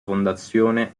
fondazione